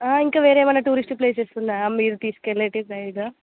ఇంకా వేరే ఏమైనా టూరిస్ట్ ప్లేసెస్ ఉన్నాయా మీరు తీసుకెళ్ళేటివి పైగా